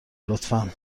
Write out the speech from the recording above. لطفا